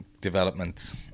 developments